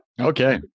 Okay